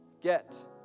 get